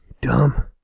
Dumb